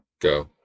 Go